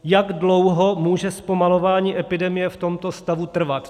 Jak dlouho může zpomalování epidemie v tomto stavu trvat?